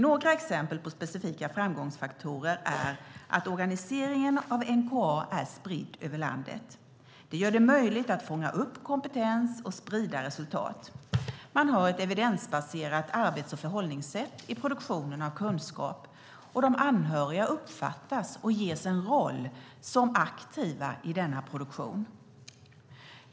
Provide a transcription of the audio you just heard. Några exempel på specifika framgångsfaktorer är att organiseringen av NkA är spridd över landet. Det gör det möjligt att fånga upp kompetens och att sprida resultat. Man har ett evidensbaserat arbets och förhållningssätt i produktionen av kunskap, och de anhöriga uppfattas och ges en roll som aktiva i denna produktion.